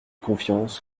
confiance